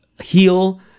heal